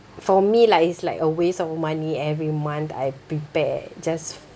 for me lah it's like a waste of money every month I prepare just